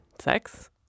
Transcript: sex